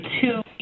two